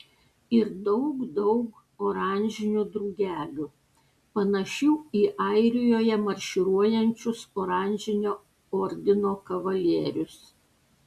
ir daug daug oranžinių drugelių panašių į airijoje marširuojančius oranžinio ordino kavalierius